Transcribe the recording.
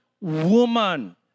woman